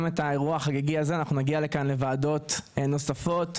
את האירוע החגיגי הזה נגיע כאן לוועדות נוספות,